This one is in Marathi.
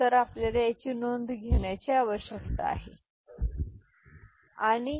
तर आपल्याला याची नोंद घेण्याची आवश्यकता आहे आणि हीच गोष्ट आहे